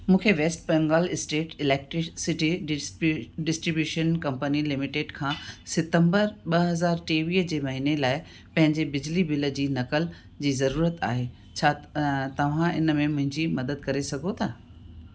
मूंखे West Bengal state electricity डिस्पी distribution company limited खां सितंबर ॿ हज़ार टेवीह जे महीने लाइ पंहिंजे बिजली बिल जी नक़ल जी ज़रूरत आहे छा तव्हां इन में मुंहिंजी मदद करे सघो था